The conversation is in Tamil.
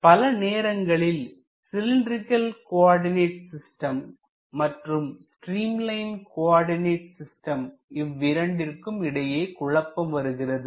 பல நேரங்களில் சிலின்டிரீகல் கோஆர்டினேட் சிஸ்டம் மற்றும் ஸ்ட்ரீம் லைன் கோஆர்டினேட் சிஸ்டம் இவ்விரண்டிற்கும் இடையே குழப்பம் வருகிறது